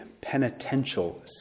penitential